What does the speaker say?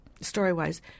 story-wise